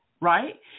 right